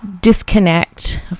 disconnect